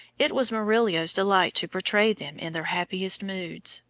it was murillo's delight to portray them in their happiest moods.